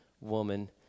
woman